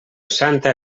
santa